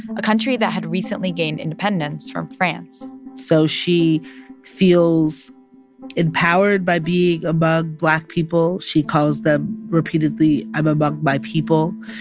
a country that had recently gained independence from france so she feels empowered by being among black people. she calls them, repeatedly, i'm among my people.